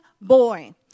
boy